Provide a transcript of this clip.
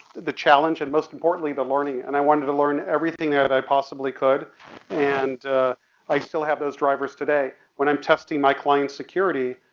the challenge and most importantly the learning. and i wanted to learn everything that i possibly could and i still have those drivers today. when i'm testing my client's security,